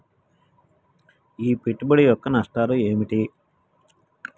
ఈ పెట్టుబడి యొక్క నష్టాలు ఏమిటి?